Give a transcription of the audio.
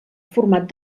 format